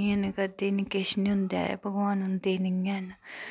इ'यां नै करदे इन किश निं होंदा ऐ भगवान होंदे गै निं हैन